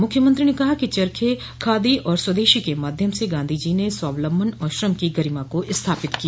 मुख्यमंत्री ने कहा कि चरखे खादी और स्वदेशी के माध्यम से गांधीजी ने स्वावलंबन आर श्रम की गरिमा को स्थापित किया